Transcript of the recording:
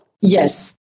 Yes